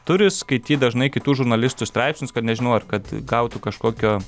turi skaityt dažnai kitų žurnalistų straipsnius kad nežinau ar kad gautų kažkokio